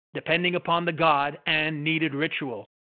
depending upon the god and needed ritual.